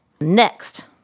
Next